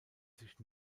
sich